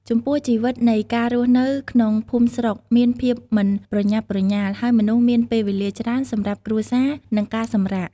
ចំពោះ ជីវិតនៃការរស់នៅក្នុងភូមិស្រុកមានភាពមិនប្រញាប់ប្រញាល់ ហើយមនុស្សមានពេលវេលាច្រើនសម្រាប់គ្រួសារ និងការសម្រាក។